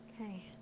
Okay